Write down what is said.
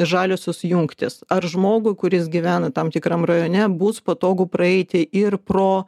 žaliosios jungtys ar žmogui kuris gyvena tam tikram rajone bus patogu praeiti ir pro